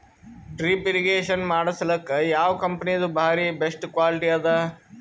Drip irrigation ಮಾಡಸಲಕ್ಕ ಯಾವ ಕಂಪನಿದು ಬಾರಿ ಬೆಸ್ಟ್ ಕ್ವಾಲಿಟಿ ಅದ?